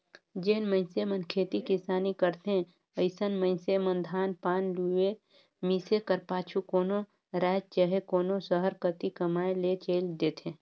जेन मइनसे मन खेती किसानी करथे अइसन मइनसे मन धान पान लुए, मिसे कर पाछू कोनो राएज चहे कोनो सहर कती कमाए ले चइल देथे